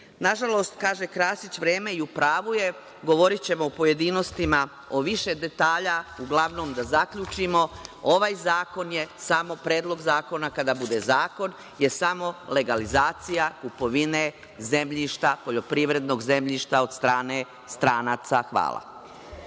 žalost, kaže Krasić „Vreme je“ i upravu je. Govorićemo o pojedinostima, o više detalja, uglavnom, da zaključimo, ovaj zakon je samo predlog zakona kada bude zakon, samo je legalizacija kupovine zemljišta, poljoprivrednog zemljišta od strtane stranaca. Hvala.